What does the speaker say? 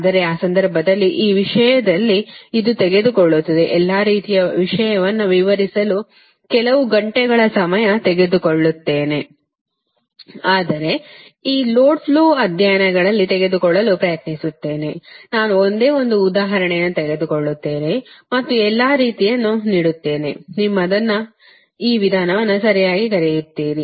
ಆದರೆ ಈ ಸಂದರ್ಭದಲ್ಲಿ ಈ ವಿಷಯದಲ್ಲಿ ಇದು ತೆಗೆದುಕೊಳ್ಳುತ್ತದೆ ಎಲ್ಲಾ ರೀತಿಯ ವಿಷಯವನ್ನು ವಿವರಿಸಲು ಕೆಲವು ಗಂಟೆಗಳ ಸಮಯ ತೆಗೆದುಕೊಳ್ಳುತ್ತೇನೆ ಆದರೆ ಈ ಲೋಡ್ ಫ್ಲೋ ಅಧ್ಯಯನಗಳಲ್ಲಿ ತೆಗೆದುಕೊಳ್ಳಲು ಪ್ರಯತ್ನಿಸುತ್ತೇನೆ ನಾನು ಒಂದೇ ಉದಾಹರಣೆಯನ್ನು ತೆಗೆದುಕೊಳ್ಳುತ್ತೇನೆ ಮತ್ತು ಎಲ್ಲಾ ರೀತಿಯನ್ನೂ ನೀಡುತ್ತೇನೆ ನಿಮ್ಮದನ್ನು ಈ ವಿಧಾನವನ್ನು ಸರಿಯಾಗಿ ಕರೆಯುತ್ತೀರಿ